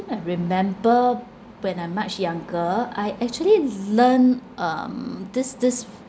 I remember when I'm much younger I actually learned um this this